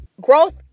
Growth